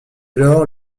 lors